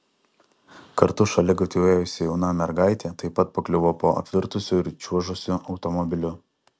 kartu šaligatviu ėjusi jauna mergaitė taip pat pakliuvo po apvirtusiu ir čiuožusiu automobiliu